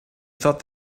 thought